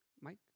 Mike